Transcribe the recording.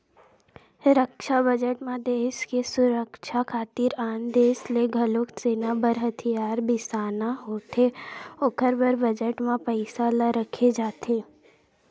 रक्छा बजट म देस के सुरक्छा खातिर आन देस ले घलोक सेना बर हथियार बिसाना होथे ओखर बर बजट म पइसा ल रखे जाथे